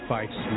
Fights